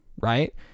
Right